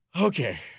Okay